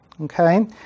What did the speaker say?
okay